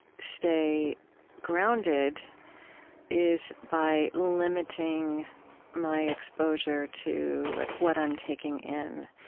stay grounded is by limiting my exposure to like what i'm taking in.